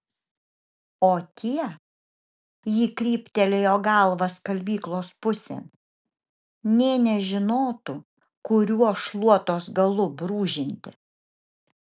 o tie ji kryptelėjo galva skalbyklos pusėn nė nežinotų kuriuo šluotos galu brūžinti